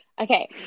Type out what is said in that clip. Okay